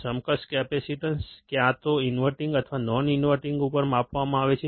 સમકક્ષ કેપેસીટન્સ ક્યાં તો ઇન્વર્ટીંગ અથવા નોન ઇન્વર્ટીંગ ઉપર માપવામાં આવે છે